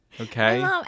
okay